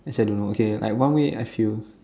actually I don't know okay like one way I feel